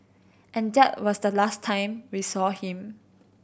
and that was the last time we saw him